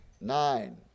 nine